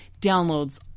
downloads